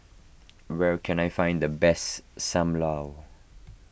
where can I find the best Sam Lau